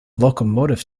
locomotive